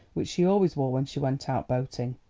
which she always wore when she went out boating.